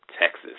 Texas